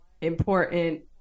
important